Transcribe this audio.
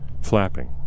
Flapping